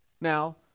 Now